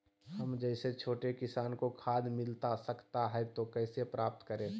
हम जैसे छोटे किसान को खाद मिलता सकता है तो कैसे प्राप्त करें?